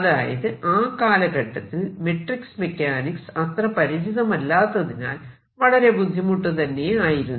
അതായത് ആ കാലഘട്ടത്തിൽ മെട്രിക് മെക്കാനിക്സ് അത്ര പരിചിതമല്ലാത്തതിനാൽ വളരെ ബുദ്ധിമുട്ടു തന്നെ ആയിരുന്നു